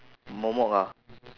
momok ah